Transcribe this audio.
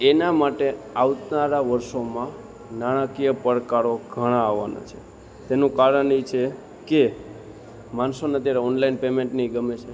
એના માટે આવનારા વર્ષોમાં નાણાકીય પડકારો ઘણા આવવાના છે તેનું કારણ એ છે કે માણસોને અત્યારે ઓનલાઇન પેમેન્ટને એ ગમે છે